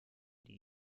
die